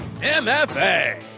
MFA